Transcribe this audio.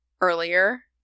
earlier